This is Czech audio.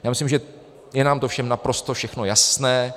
Já myslím, že je nám to všem naprosto všechno jasné.